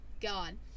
God